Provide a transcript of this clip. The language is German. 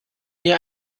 mir